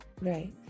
Right